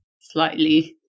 slightly